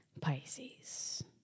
Pisces